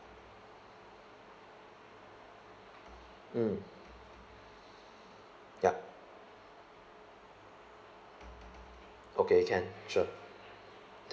mm yup okay can sure